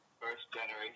first-generation